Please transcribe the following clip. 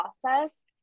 process